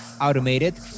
automated